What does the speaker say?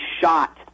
shot